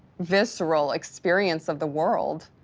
visceral experience of the world.